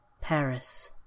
Paris